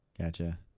Gotcha